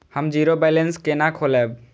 हम zero balance केना खोलैब?